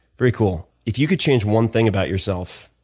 very cool. if you could change one thing about yourself,